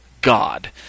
God